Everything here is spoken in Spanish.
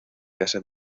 casa